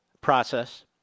process